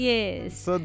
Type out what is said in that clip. Yes